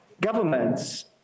governments